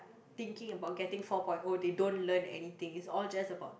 thinking about getting four point oh they don't learn anything it's all just about